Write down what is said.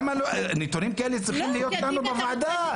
נתונים כאלה צריכים להיות לנו בוועדה.